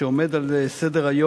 שעומד על סדר-היום.